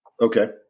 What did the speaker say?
Okay